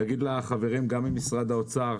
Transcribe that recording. אני אגיד לחברים גם ממשרד האוצר,